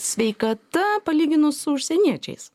sveikata palyginus su užsieniečiais